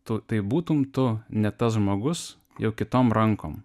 tu tai būtum tu ne tas žmogus jau kitom rankom